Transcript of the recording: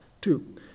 Two